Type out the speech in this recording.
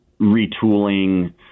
retooling